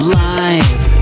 life